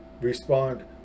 respond